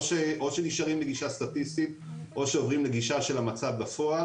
או שנשארים בגישה סטטיסטית או שעוברים לגישה של המצב בפועל.